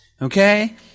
Okay